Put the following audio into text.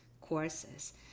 courses